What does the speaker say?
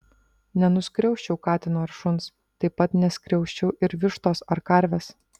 nenuskriausčiau katino ar šuns taip pat neskriausčiau ir vištos ar karvės